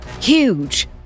huge